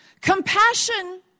Compassion